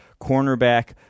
cornerback